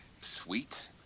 Sweet